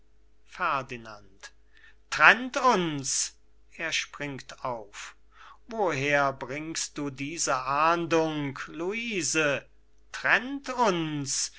ferdinand trennt uns er springt auf woher bringst du diese ahnung luise trennt uns